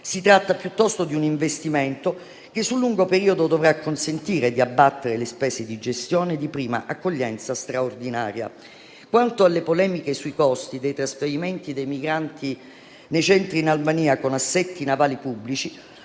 si tratta, piuttosto, di un investimento che sul lungo periodo dovrà consentire di abbattere le spese di gestione e di prima accoglienza straordinaria. Quanto alle polemiche sui costi dei trasferimenti dei migranti nei centri in Albania con assetti navali pubblici,